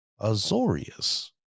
Azorius